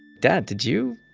dad, did you,